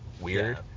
weird